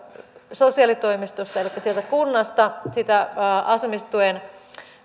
sosiaalitoimistosta elikkä sieltä kunnasta sitä asumistuen